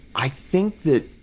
i think that,